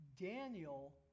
Daniel